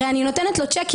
הרי אני נותנת לו צ'קים,